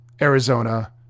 Arizona